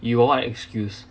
you got what excuse